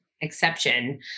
exception